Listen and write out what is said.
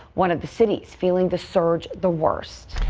one of the city's feeling the surge, the worst.